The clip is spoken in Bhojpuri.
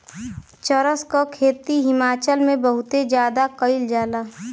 चरस क खेती हिमाचल में बहुते जादा कइल जाला